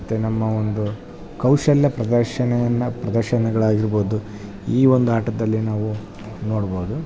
ಮತ್ತು ನಮ್ಮ ಒಂದು ಕೌಶಲ್ಯ ಪ್ರದರ್ಶನವನ್ನ ಪ್ರದರ್ಶನಗಳಾಗಿರ್ಬೌದು ಈ ಒಂದು ಆಟದಲ್ಲಿ ನಾವು ನೋಡ್ಬೌದು